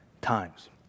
times